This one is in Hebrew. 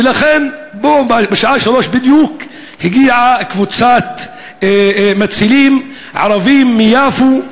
ובשעה 15:00 בדיוק הגיעה קבוצת מצילים ערבים מיפו,